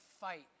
fight